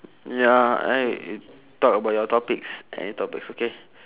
ya I talk about your topics any topics okay